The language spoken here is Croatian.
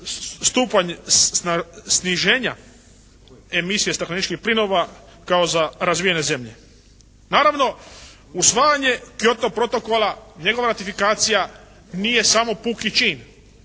stupanj sniženja emisije stakleničkih plinova kao za razvijene zemlje. Naravno, usvajanje Kyoto protokola, njegova ratifikacija nije samo puki čin.